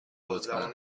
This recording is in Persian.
لطفا